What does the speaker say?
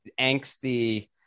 angsty